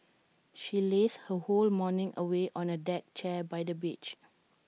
she lazed her whole morning away on A deck chair by the beach